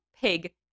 Pig